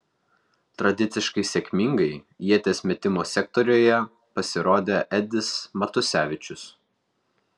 tradiciškai sėkmingai ieties metimo sektoriuje pasirodė edis matusevičius